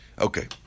Okay